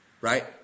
Right